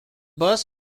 bus